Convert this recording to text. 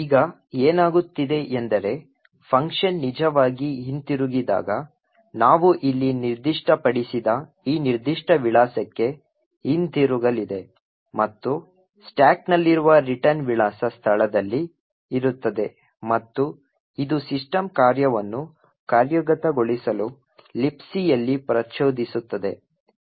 ಈಗ ಏನಾಗುತ್ತಿದೆ ಎಂದರೆ ಫಂಕ್ಷನ್ ನಿಜವಾಗಿ ಹಿಂತಿರುಗಿದಾಗ ನಾವು ಇಲ್ಲಿ ನಿರ್ದಿಷ್ಟಪಡಿಸಿದ ಈ ನಿರ್ದಿಷ್ಟ ವಿಳಾಸಕ್ಕೆ ಹಿಂತಿರುಗಲಿದೆ ಮತ್ತು ಸ್ಟಾಕ್ನಲ್ಲಿರುವ ರಿಟರ್ನ್ ವಿಳಾಸ ಸ್ಥಳದಲ್ಲಿ ಇರುತ್ತದೆ ಮತ್ತು ಇದು ಸಿಸ್ಟಮ್ ಕಾರ್ಯವನ್ನು ಕಾರ್ಯಗತಗೊಳಿಸಲು Libcಯಲ್ಲಿ ಪ್ರಚೋದಿಸುತ್ತದೆ